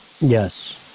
Yes